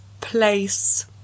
place